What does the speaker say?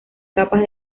capas